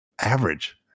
average